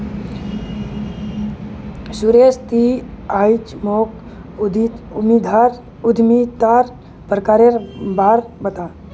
सुरेश ती आइज मोक उद्यमितार प्रकारेर बा र बता